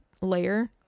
layer